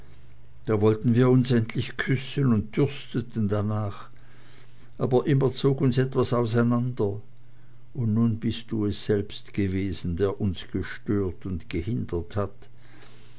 da wollten wir uns endlich küssen und dürsteten darnach aber immer zog uns etwas auseinander und nun bist du es selbst gewesen der uns gestört und gehindert hat